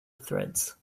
threads